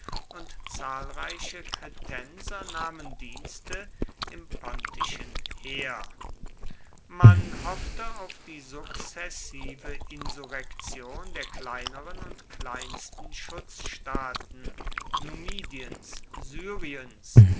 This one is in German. und zahlreiche kretenser nahmen dienste im pontischen heer man hoffte auf die sukzessive insurrektion der kleineren und kleinsten schutzstaaten numidiens syriens